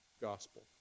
gospel